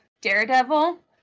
Daredevil